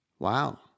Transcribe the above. Wow